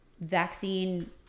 vaccine